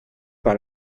par